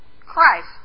Christ